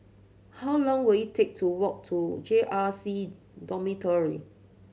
how long will it take to walk to J R C Dormitory